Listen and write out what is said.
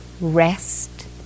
rest